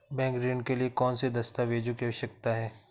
Bank ऋण के लिए कौन से दस्तावेजों की आवश्यकता है?